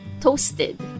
toasted